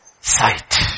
sight